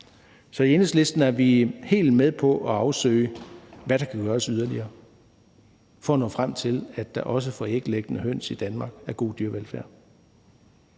Så i Enhedslisten er vi helt med på at afsøge, hvad der kan gøres yderligere for at nå frem til, at der også for æglæggende høns i Danmark er god dyrevelfærd.